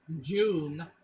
june